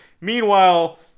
Meanwhile